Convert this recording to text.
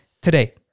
today